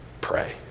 pray